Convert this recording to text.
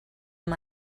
amb